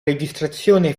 registrazione